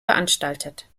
veranstaltet